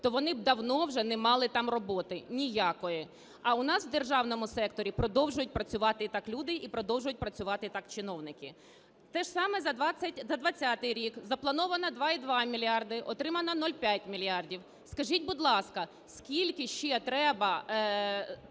то вони б давно вже не мали там роботи ніякої, а у нас в державному секторі продовжують працювати і так люди, і продовжують працювати і так чиновники. Те ж саме за 20-й рік заплановано 2,2 мільярда – отримано 0,5 мільярда. Скажіть, будь ласка, скільки ще треба